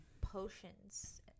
potions